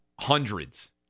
Hundreds